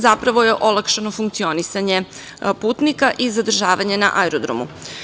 Zapravo je olakšano funkcionisanje putnika i zadržavanje na aerodromu.